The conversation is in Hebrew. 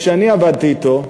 כשאני עבדתי אתו,